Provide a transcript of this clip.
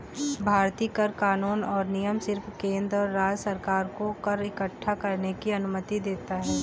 भारतीय कर कानून और नियम सिर्फ केंद्र और राज्य सरकार को कर इक्कठा करने की अनुमति देता है